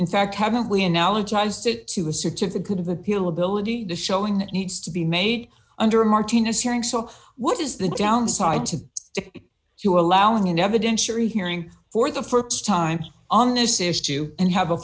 it to a certificate of appeal ability to showing that needs to be made under martinez hearing so what is the downside to you allowing an evidentiary hearing for the st time on this issue and have a